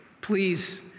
please